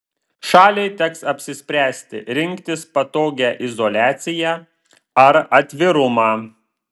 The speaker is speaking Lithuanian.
šaliai teks apsispręsti rinktis patogią izoliaciją ar atvirumą